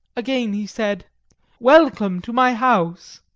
again he said welcome to my house.